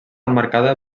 emmarcada